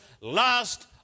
last